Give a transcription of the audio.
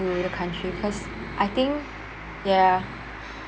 to the country because I think ya